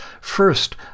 First